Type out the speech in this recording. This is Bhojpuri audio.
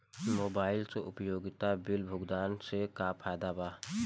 मोबाइल से उपयोगिता बिल भुगतान से का फायदा बा?